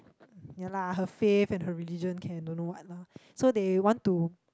ya lah her faith and her religion can don't know what lah so they want to